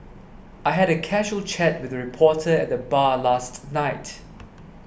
I had a casual chat with a reporter at the bar last night